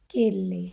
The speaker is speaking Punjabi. ਕੇਲੇ